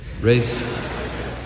race